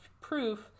proof